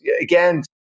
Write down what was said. again